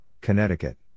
Connecticut